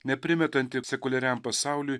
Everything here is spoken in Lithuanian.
neprimetanti sekuliariam pasauliui